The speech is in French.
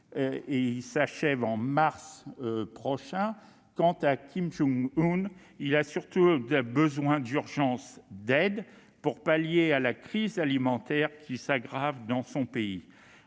s'achèvera en mars 2022. Quant à Kim Jong-un, il a surtout un besoin urgent d'aide pour faire face à la crise alimentaire qui s'aggrave dans son pays.